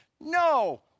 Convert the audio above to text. No